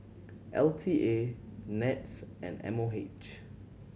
L T A NETS and M O H